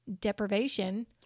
deprivation